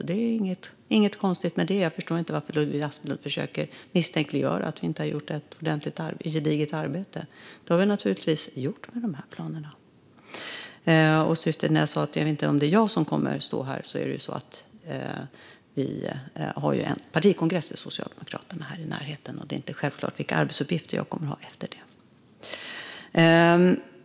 Det är inget konstigt med det. Jag förstår inte varför Ludvig Aspling försöker misstänkliggöra det som om vi inte gjort ett gediget arbete. Det har vi naturligtvis gjort med de här planerna. När jag sa att jag inte vet om det är jag som kommer att stå här var det för att vi i Socialdemokraterna har en partikongress här i närheten och att det inte är självklart vilka arbetsuppgifter jag kommer att ha efter det.